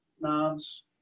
knobs